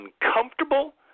uncomfortable